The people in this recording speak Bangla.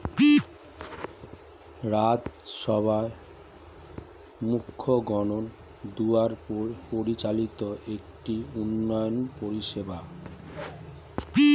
রাজ্য সভা মন্ত্রীগণ দ্বারা পরিচালিত একটি উন্নয়ন পরিষেবা